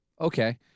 Okay